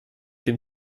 dem